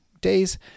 days